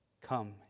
Come